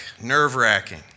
nerve-wracking